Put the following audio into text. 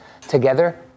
together